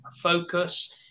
focus